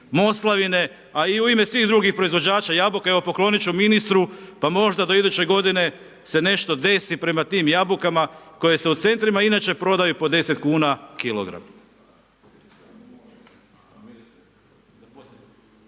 a i u ime svih drugih proizvođača jabuka, evo poklonit ću ministru, pa možda do iduće godine se nešto desi prema tim jabukama koje se u centrima inače prodaju po 10 kuna kilogram.